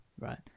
Right